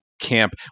camp